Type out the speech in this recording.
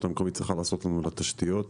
המקומית צריכה לעשות לנו את התשתיות,